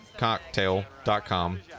cocktail.com